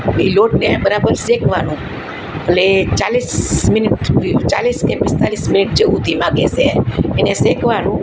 એ લોટને બરાબર શેકવાનો એટલે ચાલીસ મિનિટ સુધી ચાલીસ કે પિસ્તાલીસ મિનિટ જેવું ધીમા ગેસે એને શેકવાનું